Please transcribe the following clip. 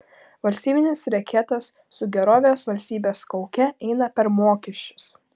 valstybinis reketas su gerovės valstybės kauke eina per mokesčius